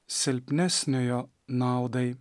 silpnesniojo naudai